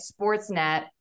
Sportsnet